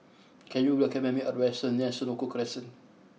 can you recommend me a restaurant near Senoko Crescent